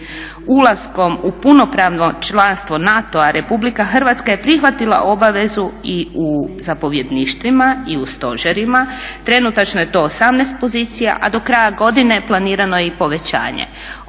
Ulaskom u punopravno članstvo NATO-a RH je prihvatila obavezu i u zapovjedništvima i u stožerima. Trenutačno je to 18 pozicija, a do kraja godine planirano je i povećanje.